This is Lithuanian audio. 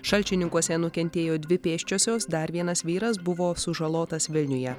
šalčininkuose nukentėjo dvi pėsčiosios dar vienas vyras buvo sužalotas vilniuje